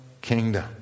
kingdom